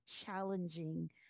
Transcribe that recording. challenging